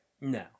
No